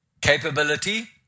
capability